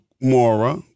Mora